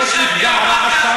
יש מפגע רעש שם.